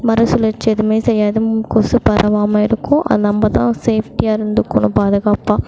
மறுசுழற்சி எதுவுமே செய்யாது கொசு பரவாமல் இருக்கும் நம்ம தான் சேஃப்டியாக இருந்துக்கணும் பாதுகாப்பாக